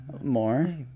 more